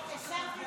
הסרתי